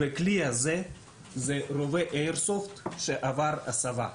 הכלי הזה זה רובה איירסופט שעבר הסבה.